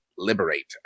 liberate